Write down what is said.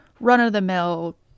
run-of-the-mill